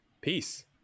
peace